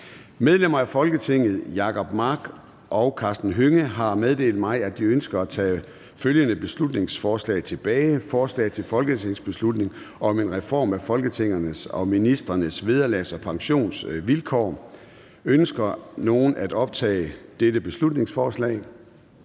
Medlemmer af Folketinget Jacob Mark (SF) og Karsten Hønge (SF) har meddelt mig, at de ønsker at tage følgende beslutningsforslag tilbage: Forslag til folketingsbeslutning om en reform af folketingsmedlemmers og ministres vederlags- og pensionsvilkår. (Beslutningsforslag